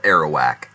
Arawak